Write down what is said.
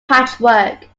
patchwork